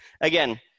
again